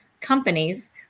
companies